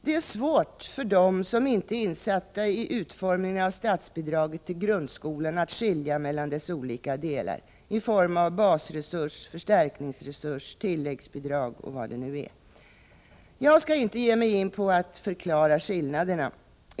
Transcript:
Det är svårt för dem som inte är insatta i utformningen av statsbidraget till grundskolan att skilja mellan dess olika delar i form av basresurs, förstärkningsresurs och tilläggsbidrag. Jag skall inte ge mig in på att förklara skillnaderna.